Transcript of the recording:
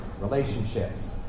relationships